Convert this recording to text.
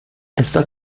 esta